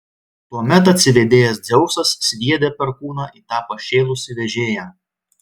tuomet atsivėdėjęs dzeusas sviedė perkūną į tą pašėlusį vežėją